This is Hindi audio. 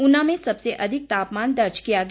ऊना में सबसे अधिक तापमान दर्ज किया गया